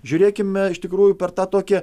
žiūrėkime iš tikrųjų per tą tokią